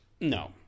No